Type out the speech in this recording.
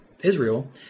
Israel